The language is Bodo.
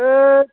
थोद